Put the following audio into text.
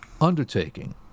undertaking